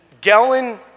gallon